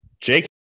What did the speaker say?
Jake